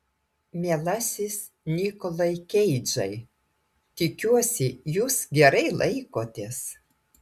mielasis nikolai keidžai tikiuosi jūs gerai laikotės